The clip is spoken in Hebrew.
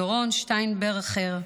דורון שטיינברכר,